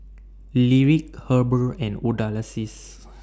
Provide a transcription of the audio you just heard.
Lyric Heber and